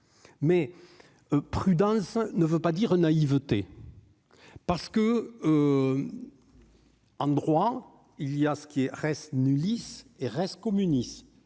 mais prudence ne veut pas dire naïveté parce que, en droit, il y a ceux qui restent ne lisse et reste communiste,